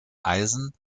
eisen